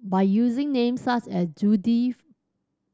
by using names such as Judith